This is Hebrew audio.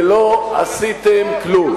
ולא עשיתם כלום.